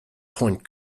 point